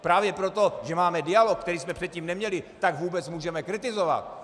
Právě proto, že máme dialog, který jsme předtím neměli, tak vůbec můžeme kritizovat.